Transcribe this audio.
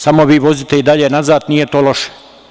Samo vi vozite i dalje unazad, nije to loše.